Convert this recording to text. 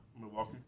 Milwaukee